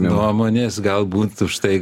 nuomonės galbūt už tai